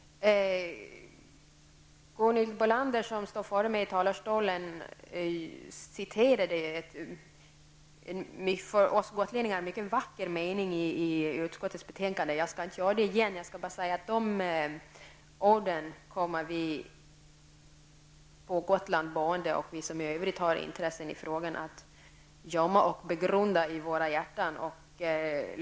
Gunhild Bolander som stod före mig i talarstolen citerade en för oss gotlänningar mycket vacker mening i utskottets betänkande. Jag skall inte upprepa den. Jag skall bara säga att vi som bor på Gotland och vi som i övrigt har intressen i frågan kommer att gömma och begrunda de orden i våra hjärtan.